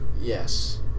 Yes